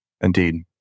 Indeed